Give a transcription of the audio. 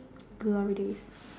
glory days